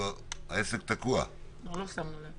הגיע גם לרצח.